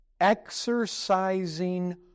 exercising